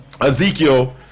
Ezekiel